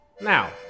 Now